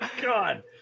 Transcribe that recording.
God